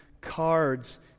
cards